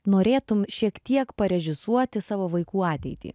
norėtum šiek tiek parežisuoti savo vaikų ateitį